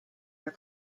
are